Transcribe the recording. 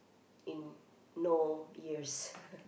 in no years